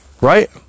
Right